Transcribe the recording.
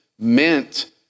meant